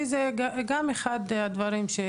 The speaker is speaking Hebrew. אני מתכוון לאסוף את כל הרעיונות שהיו